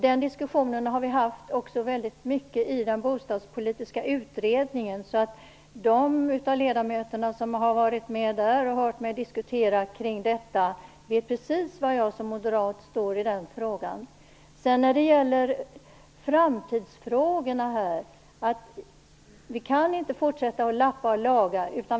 Den diskussionen har vi haft väldigt mycket också i den bostadspolitiska utredningen, så de av ledamöterna som har varit med där och har hört mig diskutera kring detta vet precis var jag som moderat står i den frågan. När det sedan gäller framtidsfrågorna kan vi inte fortsätta lappa och laga.